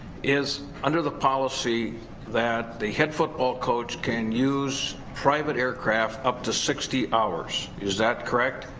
is under the policy that the head football coach can use private aircraft up to sixty hours, is that correct?